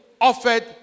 offered